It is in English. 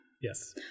Yes